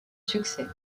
succès